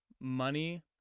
money